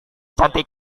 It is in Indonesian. cantik